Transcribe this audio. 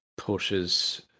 Porsche's